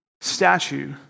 statue